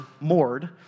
moored